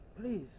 please